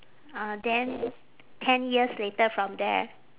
uh then ten years later from there